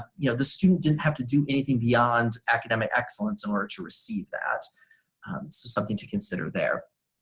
you know the student didn't have to do anything beyond academic excellence in order to receive that, so something to consider there.